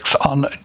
on